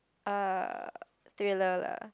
uh thriller lah